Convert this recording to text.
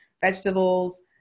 vegetables